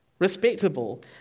Respectable